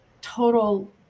total